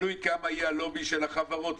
תלוי מה יהיה הלובי של החברות,